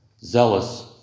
zealous